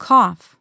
Cough